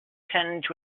tinged